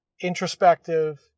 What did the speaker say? introspective